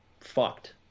fucked